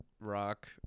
Rock